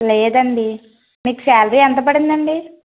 లేదండి మీకు శాలరీ ఎంత పడిందండి